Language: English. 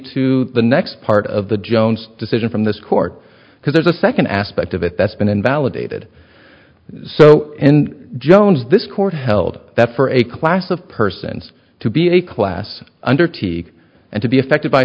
to the next part of the jones decision from this court because there's a second aspect of it that's been invalidated so and jones this court held that for a class of persons to be a class under t and to be affected by